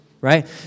right